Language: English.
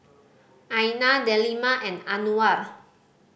Aina Delima and Anuar